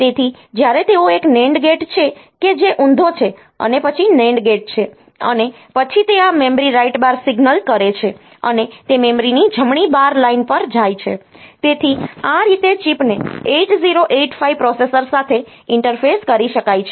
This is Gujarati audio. તેથી જ્યારે તેઓ એક NAND ગેટ છે કે જે ઊંધો છે અને પછી NAND ગેટ છે અને પછી તે આ memory write bar signal generate કરે છે અને તે મેમરીની જમણી બાર લાઇન પર જાય છે તેથી આ રીતે ચિપને 8085 પ્રોસેસર સાથે ઇન્ટરફેસ કરી શકાય છે